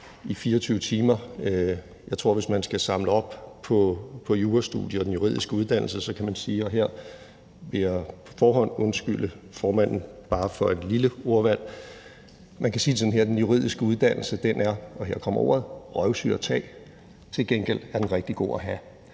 i 24 timer. Jeg tror, at hvis man skal samle op på jurastudiet og den juridiske uddannelse, kan man sige – og her vil jeg på forhånd over for formanden undskylde for ordvalget – at den juridiske uddannelse er – og her kommer ordet – røvsyg at tage, men til gengæld er den rigtig god at have.